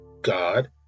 God